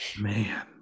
Man